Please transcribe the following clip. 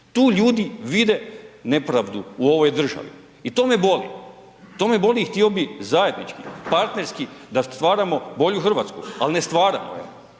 tu ljudi vide nepravdu u ovoj državi i to me boli, to me boli i htio bi zajednički partnerski da stvaramo bolju RH, al ne stvaramo je.